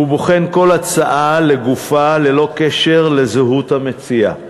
הוא בוחן כל הצעה לגופה ללא קשר לזהות המציע,